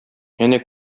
әнә